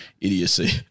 idiocy